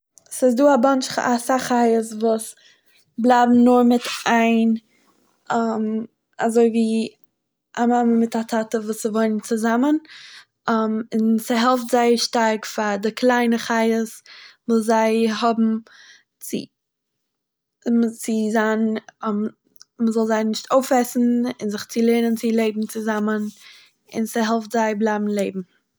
ס'דא א באנטש אסאך חיות וואס בלייבן נאר מיט איין אזוי ווי א מאמע מיט א טאטע וואס ס'וואוינען צוזאמען, - און ס'העלפט זייער שטארק פאר די קליינע חיות וואס זיי האבן צו צו זיין מ'זאל זיי נישט אויפעסן און זיך צו לערנען צו לעבן צוזאמען און ס'העלפט זיי בלייבן לעבן.